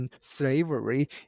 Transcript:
slavery